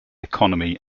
economy